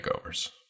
Makeovers